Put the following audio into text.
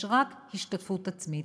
יש רק השתתפות עצמית.